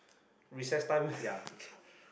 recess time